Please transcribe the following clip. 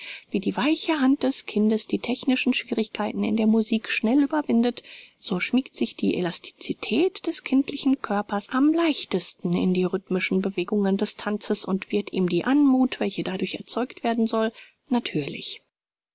wie die weiche hand des kindes die technischen schwierigkeiten in der musik schnell überwindet so schmiegt sich die elasticität des kindlichen körpers am leichtesten in die rythmischen bewegungen des tanzes und wird ihm die anmuth welche dadurch erzeugt werden soll natürlich